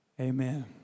Amen